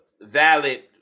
valid